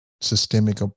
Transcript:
systemic